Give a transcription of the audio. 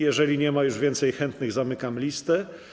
Jeżeli nie ma już więcej chętnych, zamykam listę.